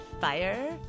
Fire